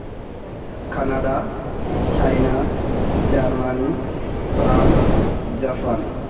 Canada China Germany France Japan